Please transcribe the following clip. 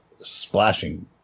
splashing